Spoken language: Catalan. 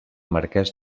marquès